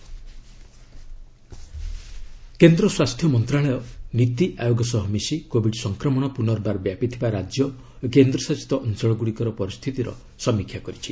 health meeting କେନ୍ଦ୍ର ସ୍ୱାସ୍ଥ୍ୟ ମନ୍ତ୍ରଣାଳୟ ନୀତି ଆୟୋଗ ସହ ମିଶି କୋବିଡ୍ ସଂକ୍ରମଣ ପୁନର୍ବାର ବ୍ୟାପିଥିବା ରାଜ୍ୟ ଓ କେନ୍ଦ୍ରଶାସିତ ଅଞ୍ଚଳଗୁଡ଼ିକର ପରିସ୍ଥିତିର ସମୀକ୍ଷା କରିଛି